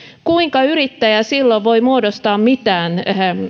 kuinka yrittäjä silloin voi muodostaa mitään